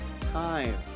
time